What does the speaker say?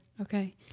Okay